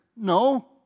No